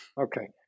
Okay